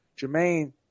Jermaine